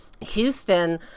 Houston